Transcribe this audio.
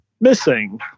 missing